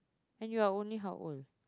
and you're only how old